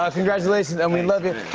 ah congratulations, and we love you.